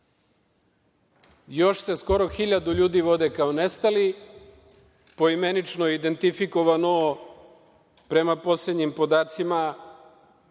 se skoro 1.000 ljudi vode kao nestali, poimenično identifikovano prema poslednjim podacima